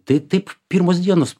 tai taip pirmos dienos